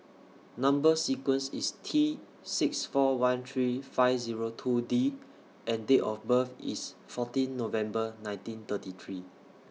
Number sequence IS T six four one three five Zero two D and Date of birth IS fourteen November nineteen thirty three